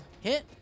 Hit